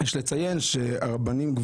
יש לציין שהרבנים,